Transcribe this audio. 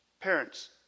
Parents